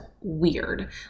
weird